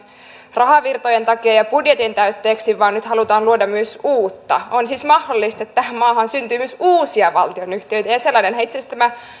rahavirtojen takia ja budjetin täytteeksi vaan nyt halutaan luoda myös uutta on siis mahdollista että tähän maahan syntyy myös uusia valtionyhtiöitä ja ja sellainenhan itse asiassa tämä